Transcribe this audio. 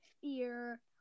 fear